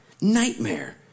nightmare